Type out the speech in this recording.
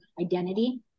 identity